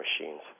machines